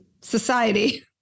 society